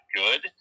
good